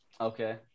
Okay